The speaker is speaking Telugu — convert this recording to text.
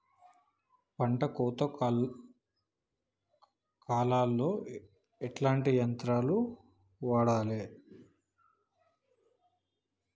పంట కోత కాలాల్లో ఎట్లాంటి యంత్రాలు వాడాలే?